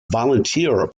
volunteer